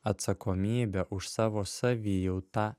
atsakomybę už savo savijautą